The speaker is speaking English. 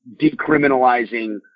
decriminalizing